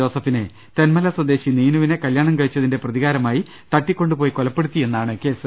ജോസഫിനെ തെന്മല സ്വദേശി നീനുവിനെ കല്ല്യാണം കഴിച്ചതിന്റെ പ്രതികാരമായി തട്ടിക്കൊണ്ടുപോയി കൊലപ്പെടുത്തിയെന്നാണ് കേസ്